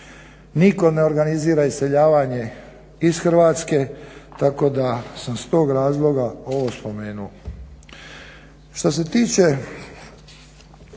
Niko ne organizira iseljavanje iz Hrvatske tako da sam s tog razloga ovo spomenuo. Što se tiče